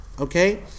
Okay